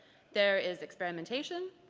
there is experimentation,